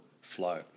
flow